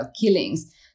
killings